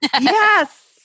Yes